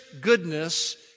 goodness